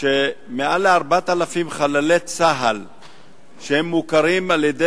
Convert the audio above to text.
שמעל ל-4,000 חללי צה"ל שמוכרים על-ידי